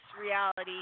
reality